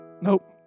Nope